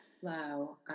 flow